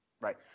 Right